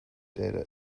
data